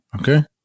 okay